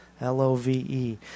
L-O-V-E